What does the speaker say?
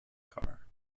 car